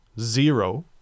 zero